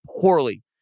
poorly